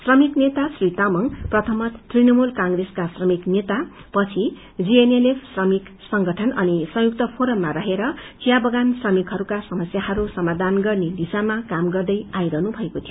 श्रमिक नेता श्री तामाङ प्रथमतः तृणमूल कंग्रेसका श्रमिक नेता पछि जीएनएलएफ श्रमिक संगठन अनि संयुक्त फोरममा रहेर वियाबगान श्रमिकहरूका समस्याहरू समाघान गर्ने दिशामा काम गर्दै आई रहनु भएको थियो